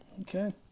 Okay